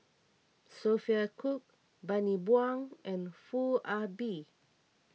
Sophia Cooke Bani Buang and Foo Ah Bee